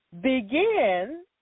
Begin